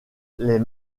les